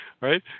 right